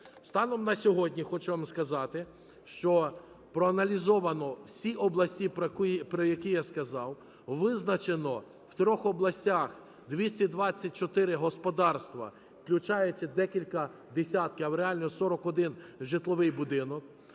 Станом на сьогодні, хочу вам сказати, що проаналізовано всі області, про які я вам сказав, визначено в трьох областях 224 господарства, включаючи декілька десятків, а реально 41 житловий будинок,